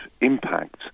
impact